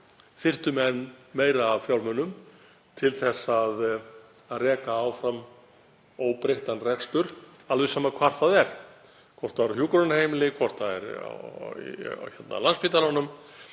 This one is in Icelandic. þyrftu menn meira af fjármunum til að reka áfram óbreyttan rekstur, alveg sama hvar það er, hvort það eru hjúkrunarheimili, hvort það er á Landspítalanum,